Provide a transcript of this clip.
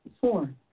Four